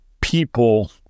people